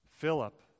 Philip